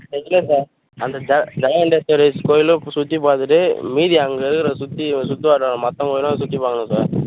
இல்லை சார் அந்த ஜ ஜகதீஸ்வரி கோயிலை சுற்றி பார்த்துட்டு மீதி அங்கே இருக்கிற சுற்றி சுத்தா மற்ற கோயிலை சுற்றி பாரக்கணும் சார்